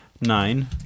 nine